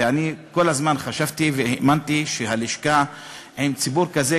אני כל הזמן חשבתי והאמנתי שהלשכה עם ציבור כזה,